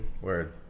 Word